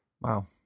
Wow